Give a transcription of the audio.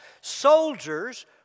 Soldiers